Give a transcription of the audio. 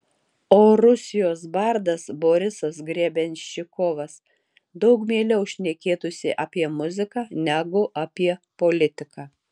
o rusijos bardas borisas grebenščikovas daug mieliau šnekėtųsi apie muziką negu apie politiką